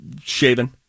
shaven